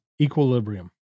Equilibrium